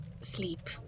sleep